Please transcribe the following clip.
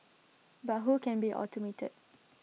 but who can be automated